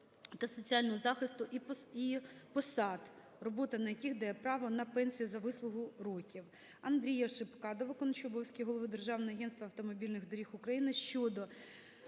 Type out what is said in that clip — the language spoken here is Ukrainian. та соціального захисту і посад, робота на яких дає право на пенсію за вислугу років".